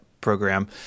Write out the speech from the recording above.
program